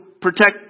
protect